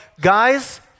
guys